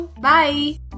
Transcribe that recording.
Bye